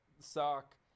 sock